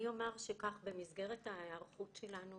אני אומר שבמסגרת ההיערכות שלנו